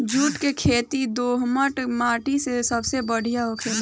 जुट के खेती दोहमट माटी मे सबसे बढ़िया होखेला